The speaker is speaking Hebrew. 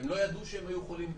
והם לא ידעו שהם היו חולים,